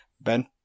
Ben